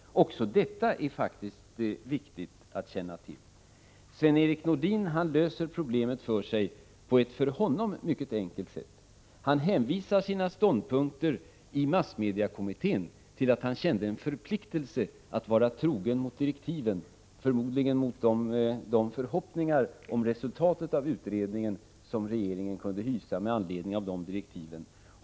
Också detta är viktigt att känna till. Sven-Erik Nordin löser problemet för sig på ett för honom mycket enkelt sätt. Han hänvisar beträffande sina ståndpunkter i massmediekommittén till att han kände en förpliktelse att vara trogen mot direktiven — förmodligen mot de förhoppningar om resultatet av utredningen som regeringen kunde hysa med anledning av de direktiven.